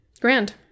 Grand